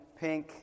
pink